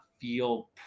feel